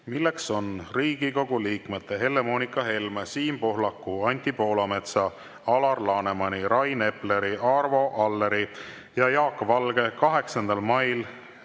Riigikogu liikmete Helle-Moonika Helme, Siim Pohlaku, Anti Poolametsa, Alar Lanemani, Rain Epleri, Arvo Alleri ja Jaak Valge 8. mail